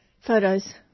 photos